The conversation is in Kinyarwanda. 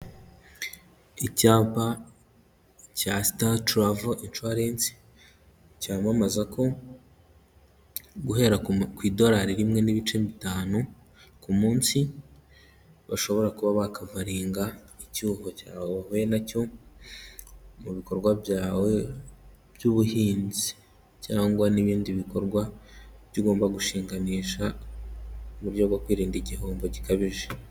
Icyapa cya sita turavo insuwarensi cyamamaza ko guhera ku idolari rimwe n'ibice bitanu ku munsi, bashobora kuba bakavaringa icyuho cyahuye nacyo mu bikorwa byawe by'ubuhinzi. Cyangwa n'ibindi bikorwa by’ugomba gushinganisha uburyo bwo kwirinda igihombo gikabije.